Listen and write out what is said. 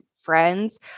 friends